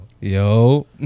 yo